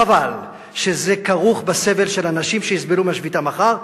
חבל שזה כרוך בסבל של אנשים שיסבלו מהשביתה מחר,